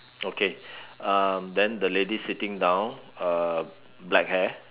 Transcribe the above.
okay um then the lady sitting down uh black hair